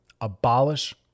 abolish